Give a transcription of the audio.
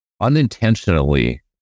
unintentionally